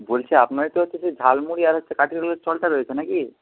বলছি আপনাদের তো হচ্ছে সেই ঝালমুড়ি আর হচ্ছে কাঠি রোলের স্টলটা রয়েছে না কি